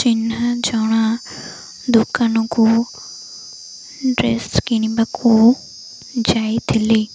ଚିହ୍ନା ଜଣା ଦୋକାନକୁ ଡ୍ରେସ୍ କିଣିବାକୁ ଯାଇଥିଲି